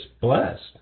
blessed